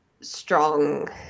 strong